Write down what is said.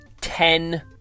ten